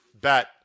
bet